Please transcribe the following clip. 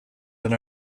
and